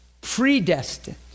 predestined